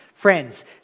Friends